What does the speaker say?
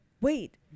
Wait